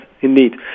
indeed